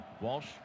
Walsh